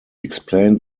explained